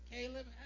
Caleb